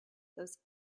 those